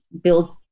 build